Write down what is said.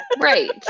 right